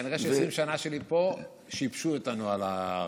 אז כנראה שב-20 שנה שלי פה שיבשו את הנוהל הרגיל.